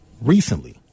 recently